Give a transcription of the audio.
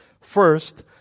First